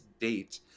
date